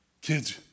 Kids